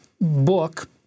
book